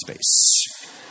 space